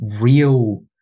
real